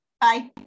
Bye